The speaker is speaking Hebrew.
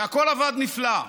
והכול עבד נפלא.